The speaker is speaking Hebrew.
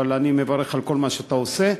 אבל אני מברך על כל מה שאתה עושה.